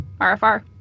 RFR